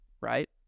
right